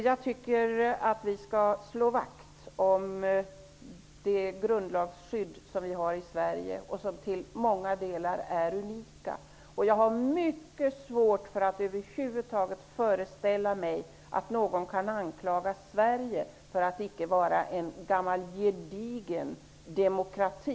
Jag tycker att vi skall slå vakt om det grundlagsskydd som vi har i Sverige och som till många delar är unika. Jag har mycket svårt att över huvud taget föreställa mig att någon kan anklaga Sverige för att icke vara en gammal gedigen demokrati.